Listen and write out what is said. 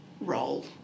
role